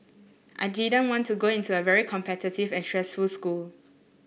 I didn't want to go into a very competitive and stressful school